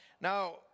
Now